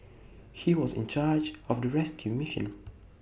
he was in charge of the rescue mission